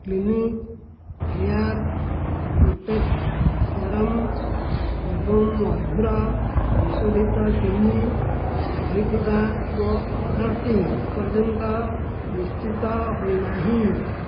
clinic hair protect serum ଏବଂ ମଧୁର ବିଶୋଧିତ ଚିନି ରହିଥିବା ମୋ' ଅର୍ଡ଼ରଟି ଏପର୍ଯ୍ୟନ୍ତ ନିଶ୍ଚିତ ହୋଇନାହିଁ